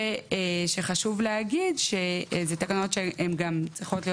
וחשוב להגיד שאלה הן תקנות שגם צריכות להיות